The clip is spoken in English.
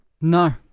No